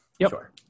Sure